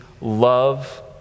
love